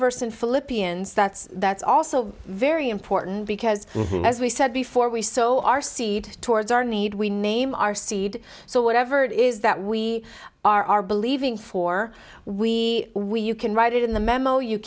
philippians that's that's also very important because as we said before we so our seed towards our need we name our seed so whatever it is that we are believing for we we you can write it in the memo you